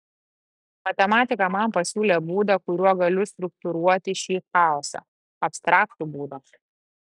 matematika man pasiūlė būdą kuriuo galiu struktūruoti šį chaosą abstraktų būdą